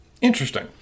Interesting